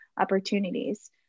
opportunities